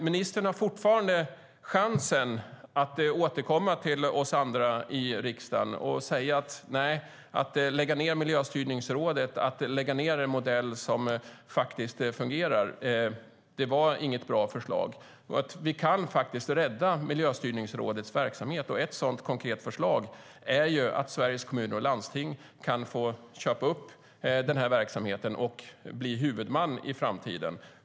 Ministern har fortfarande chansen att återkomma till oss andra i riksdagen och säga att det faktiskt inte var något bra förslag att lägga ned Miljöstyrningsrådet och en modell som fungerar. Vi kan rädda Miljöstyrningsrådets verksamhet. Ett sådant konkret förslag är att Sveriges Kommuner och Landsting kan få köpa upp verksamheten och bli huvudman i framtiden.